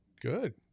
Good